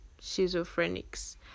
schizophrenics